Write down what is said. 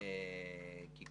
אומנם